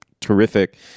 terrific